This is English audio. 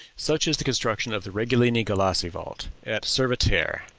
such is the construction of the regulini-galassi vault, at cervetere,